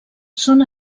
són